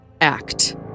act